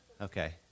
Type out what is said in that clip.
Okay